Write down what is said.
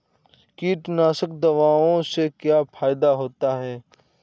कीटनाशक दवाओं से क्या फायदा होता है?